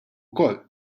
wkoll